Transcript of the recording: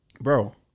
bro